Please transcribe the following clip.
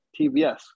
TBS